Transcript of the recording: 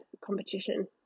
competition